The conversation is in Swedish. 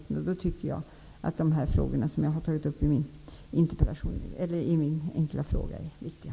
I det sammanhanget tycker jag att de saker jag har tagit upp i min fråga är viktiga.